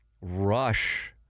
rush